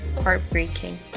heartbreaking